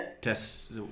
tests